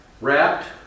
Wrapped